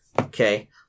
Okay